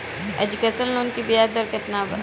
Education loan की ब्याज दर केतना बा?